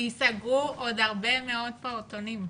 עוד הרבה מאוד פעוטונים.